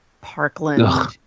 Parkland